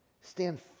Stand